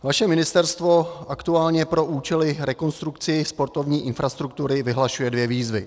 Vaše ministerstvo aktuálně pro účely rekonstrukcí sportovní infrastruktury vyhlašuje dvě výzvy.